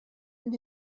and